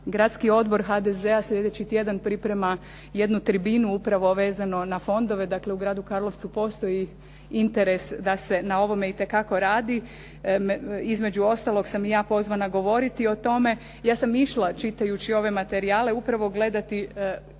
gradski Odbor HDZ-a sljedeći tjedan priprema jednu tribinu upravo vezano na fondove. Dakle, u gradu Karlovcu postoji interes da se na ovome itekako radi. Između ostalog sam i ja pozvana govoriti o tome. Ja sam išla čitajući ove materijale upravo gledati